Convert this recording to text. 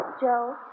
Joe